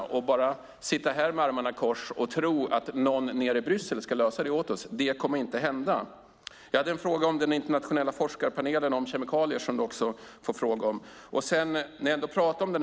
Vi kan inte bara sitta här med armarna i kors och tro att någon nere i Bryssel ska lösa det åt oss, för det kommer inte att hända. Jag hade också en fråga om den internationella forskarpanelen om kemikalier.